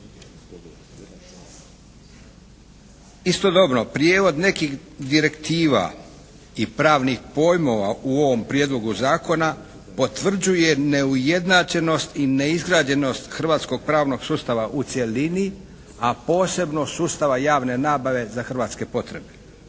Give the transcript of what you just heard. Istodobno prijevod nekih direktiva i pravnih pojmova u ovom Prijedlogu zakona potvrđuje neujednačenost i neizgrađenost hrvatskog pravnog sustava u cjelini, a posebno sustava javne nabave za hrvatske potrebe.